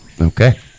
Okay